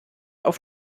auf